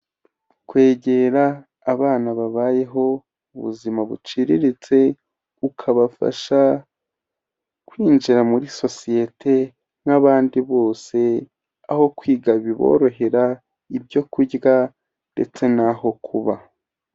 Kwegera abana babayeho ubuzima buciriritse ukabafasha kwinjira muri sosiyete nk'abandi bose, aho kwiga biborohera ibyo kurya ndetse n'aho kuba.